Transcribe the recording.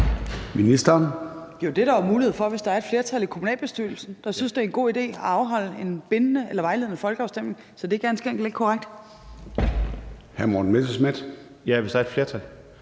det er der jo mulighed for, hvis der er et flertal i kommunalbestyrelsen, der synes, det er en god idé at afholde en bindende eller vejledende folkeafstemning. Så det er ganske enkelt ikke korrekt. Kl. 13:29 Formanden (Søren